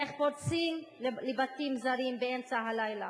איך פורצים לבתים זרים באמצע הלילה,